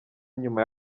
nyuma